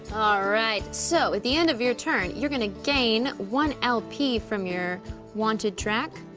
alright, so. at the end of your turn, you're gonna gain one lp from your wanted track.